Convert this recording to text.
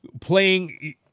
playing